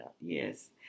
Yes